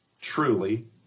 truly